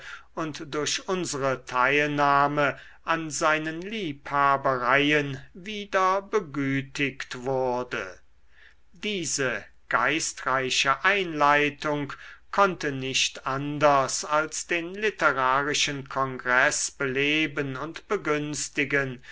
und durch unsere teilnahme an seinen liebhabereien wieder begütigt wurde diese geistreiche einleitung konnte nicht anders als den literarischen kongreß beleben und begünstigen